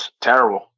terrible